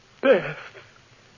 Beth